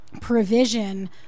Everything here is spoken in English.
provision